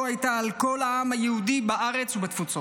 הייתה על כל העם היהודי בארץ ובתפוצות.